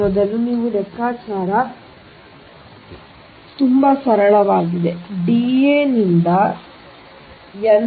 ಈಗ ಮೊದಲು ಈ ಲೆಕ್ಕಾಚಾರವು ತುಂಬಾ ಸರಳವಾಗಿದೆ D a ನಿಂದ n 2 2